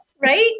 Right